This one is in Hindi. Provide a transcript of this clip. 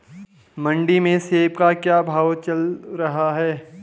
मंडी में सेब का क्या भाव चल रहा है?